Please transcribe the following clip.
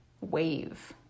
wave